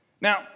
Now